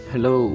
Hello